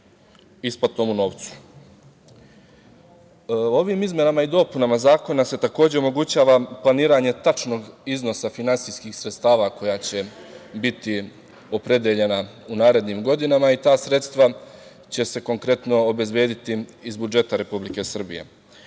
isplatom u novcu. Ovim izmenama i dopunama zakona se takođe omogućava planiranje tačnog iznosa finansijskih sredstava koja će biti opredeljena u narednim godinama i ta sredstva će se konkretno obezbediti iz budžeta Republike Srbije. Značaj